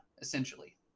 essentially